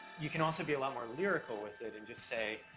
you can also be a lot more lyrical with it and just say,